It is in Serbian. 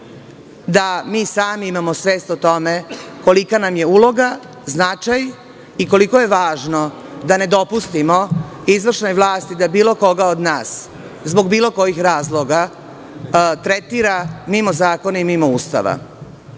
da mi sami imamo svest o tome kolika nam je uloga, značaj i koliko je važno da ne dopustimo izvršnoj vlasti da bilo koga od nas zbog bilo kojih razloga tretira mimo zakona i mimo Ustava. Po